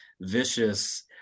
vicious